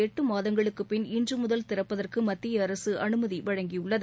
எட்டு மாதங்களுக்குப் பின் இன்று முதல் திறப்பதற்கு மத்திய அரசு அனுமதி வழங்கியுள்ளது